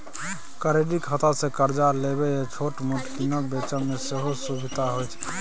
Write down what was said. credit खातासँ करजा लेबा मे या छोट मोट कीनब बेचब मे सेहो सुभिता होइ छै